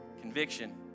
conviction